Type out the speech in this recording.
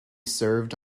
served